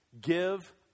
Give